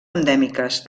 endèmiques